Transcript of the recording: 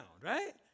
right